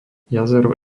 jazero